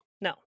No